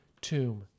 tomb